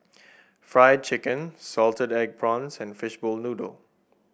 Fried Chicken Salted Egg Prawns and Fishball Noodle